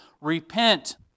repent